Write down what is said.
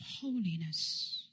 holiness